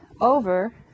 over